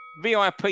VIP